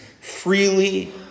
freely